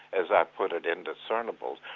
as i put it, indiscernibles,